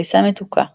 דיסה מתוקה,